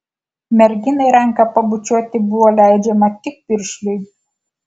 merginai ranką pabučiuoti buvo leidžiama tik piršliui